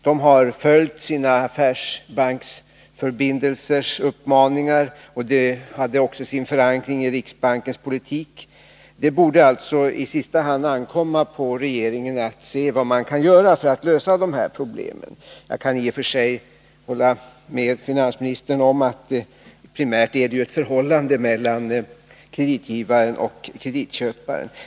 De har följt sina affärsbanksförbindelsers uppmaningar, som också hade förankring i riksbankens politik. Det borde alltså i sista hand ankomma på regeringen att se vad man kan göra för att lösa de här problemen. Jag kan i och för sig hålla med finansministern om att det primärt gäller ett förhållande mellan kreditgivaren och kreditköparen.